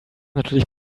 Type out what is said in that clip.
natürlich